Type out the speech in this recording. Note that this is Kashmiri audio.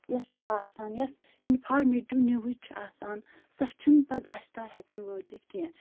یۄس چھِ آسان یۄس اِنفارمیٹِو نِوٕز چھِ آسان سۄ چھِنہٕ پتہٕ اَسہِ تام ہٮ۪کان وٲتِتھ کِیٚنہہ